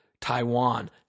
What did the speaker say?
Taiwan